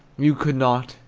you could not.